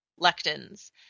lectins